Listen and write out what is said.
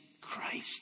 Christ